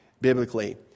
biblically